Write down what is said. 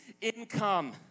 income